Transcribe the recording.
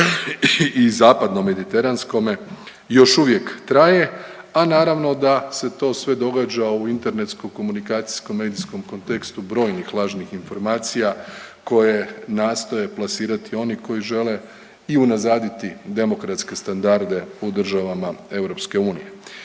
i zapadno mediteranskome još uvijek traje, a naravno da se to sve događa u internetsko-komunikacijskom, medijskom kontekstu brojnih lažnih informacija koje nastoje plasirati oni koji žele i unazaditi demokratske standarde u državama